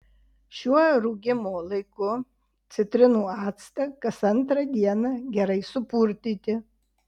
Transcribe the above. šiuo rūgimo laiku citrinų actą kas antrą dieną gerai supurtyti